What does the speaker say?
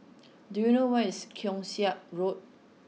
do you know where is Keong Saik Road